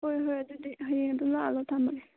ꯍꯣꯏ ꯍꯣꯏ ꯑꯗꯨꯗꯤ ꯍꯌꯦꯡ ꯑꯗꯨꯝ ꯂꯥꯛꯍꯜꯂꯣ ꯊꯝꯂꯒꯦ